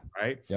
Right